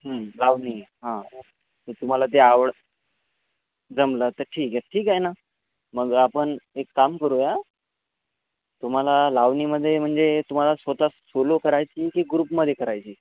लावणी हा तुम्हाला ते आवड जमलं तर ठीक आहे ठीक आहे ना मग आपण एक काम करूया तुम्हाला लावणीमध्ये म्हणजे तुम्हाला स्वतःच सोलो करायची की ग्रुपमध्ये करायची